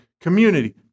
community